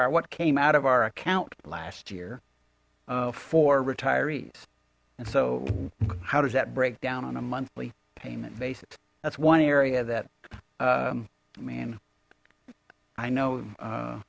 our what came out of our account last year for retirees and so how does that break down on a monthly payment basis that's one area that i mean i know